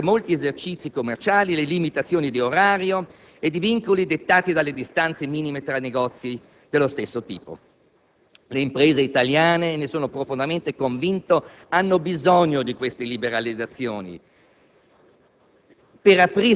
sono state eliminate per molti esercizi commerciali le limitazioni di orario ed i vincoli dettati dalle distanze minime tra negozi dello stesso tipo. Le imprese italiane, ne sono profondamente convinto, hanno bisogno di queste liberalizzazioni